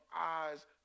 eyes